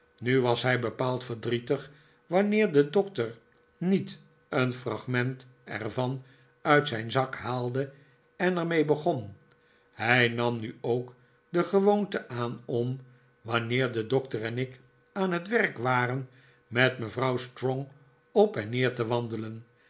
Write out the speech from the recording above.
nu was hij bepaald verdrietig wanneer de doctor niet een fragment er van uit zijn zak haalde en er mee begon hij nam nu ook de gewoonte aan om wanneer de doctor en ik aan het werk waren met mevrouw strong op en neer te wandelen